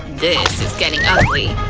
this is getting ugly.